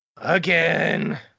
Again